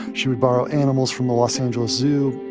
she would borrow animals from the los angeles zoo.